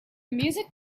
music